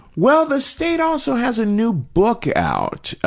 well, the state also has a new book out.